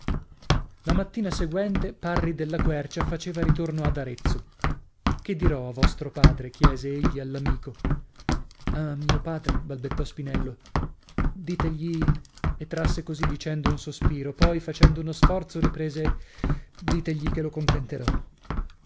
la mattina seguente parri della quercia faceva ritorno ad arezzo che dirò a vostro padre chiese egli all'amico a mio padre balbettò spinello ditegli e trasse così dicendo un sospiro poi facendo uno sforzo riprese ditegli che